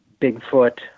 Bigfoot